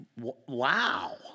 wow